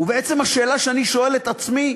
ובעצם השאלה שאני שואל את עצמי,